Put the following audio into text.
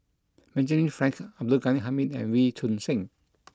Benjamin Frank Abdul Ghani Hamid and Wee Choon Seng